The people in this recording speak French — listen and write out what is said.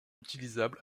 utilisable